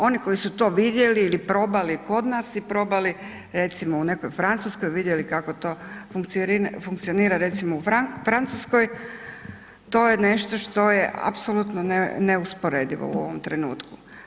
Oni koji su to vidjeli ili probali kod nas i probali recimo, u nekoj Francuskoj, vidjeli kako to funkcionira recimo u Francuskoj, to je nešto što je apsolutno neusporedivo u ovom trenutku.